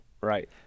Right